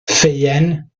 ffeuen